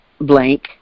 Blank